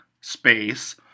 space